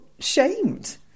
shamed